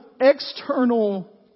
external